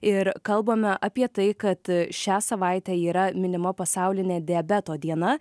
ir kalbame apie tai kad šią savaitę yra minima pasaulinė diabeto diena